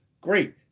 great